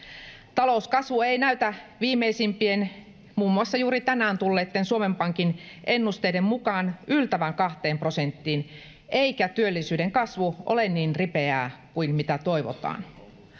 talouskasvu ei näytä viimeisimpien muun muassa juuri tänään tulleitten suomen pankin ennusteiden mukaan yltävän kahteen prosenttiin eikä työllisyyden kasvu ole niin ripeää kuin mitä toivotaan